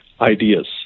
ideas